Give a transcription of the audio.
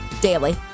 daily